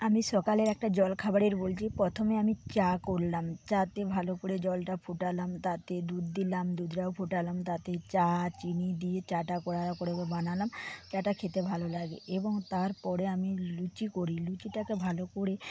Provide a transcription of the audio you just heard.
আমি সকালের একটা জল খাবারের বলছি প্রথমে আমি চা করলাম চাতে ভালো করে জলটা ফুটালাম তাতে দুধ দিলাম দুধটাও ফোটালাম তাতে চা চিনি দিয়ে চা টা কড়া করে বানালাম চা টা খেতে ভালো লাগে এবং তারপরে আমি লুচি করি লুচিটাকে ভালো করে